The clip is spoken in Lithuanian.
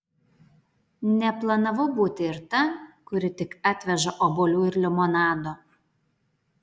neplanavau būti ir ta kuri tik atveža obuolių ir limonado